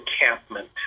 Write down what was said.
encampment